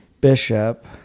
bishop